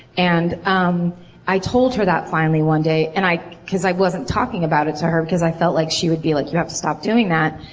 and um i told her that finally one day and because i wasn't talking about it to her because i felt like she would be like, you have to stop doing that.